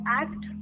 act